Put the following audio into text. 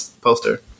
poster